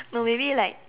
no maybe like